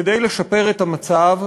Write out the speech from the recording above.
כדי לשפר את המצב.